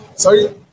Sorry